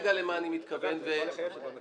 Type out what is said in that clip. אני רגע רוצה --- את נקראת לסדר פעם ראשונה.